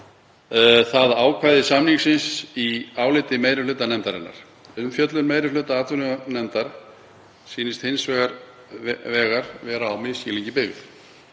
það ákvæði samningsins í áliti meiri hluta nefndarinnar. Umfjöllun meiri hluta atvinnuveganefndar sýnist hins vegar á misskilningi byggð.